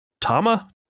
Tama